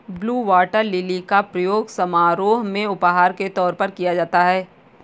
blue water lily का प्रयोग समारोह में उपहार के तौर पर किया जाता है